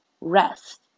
rest